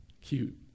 Cute